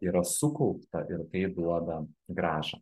yra sukaupta ir tai duoda grąžą